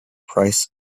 price